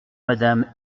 madame